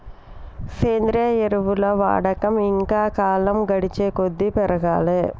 సేంద్రియ ఎరువుల వాడకం ఇంకా కాలం గడిచేకొద్దీ పెరగాలే